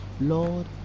lord